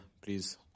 please